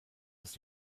ist